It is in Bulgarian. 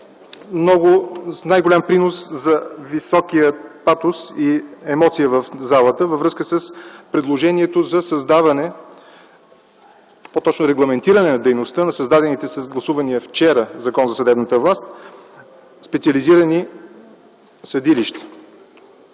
– с най-голям принос за високия патос и емоции в залата, във връзка с предложението за регламентиране на дейността на създадените с гласувания вчера Закон за съдебната власт специализирани съдилища.